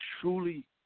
truly